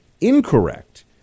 incorrect